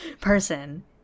person